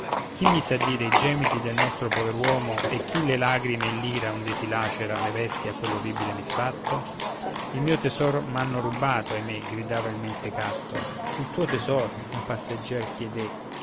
hi mise a dire i gemiti del nostro pover'uomo e chi le lagrime e l'ira onde si lacera le vesti a quell'orribile misfatto il mio tesor m'hanno rubato ahimè gridava il mentecatto il tuo tesor un passeggier chiedé